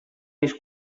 miss